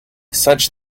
such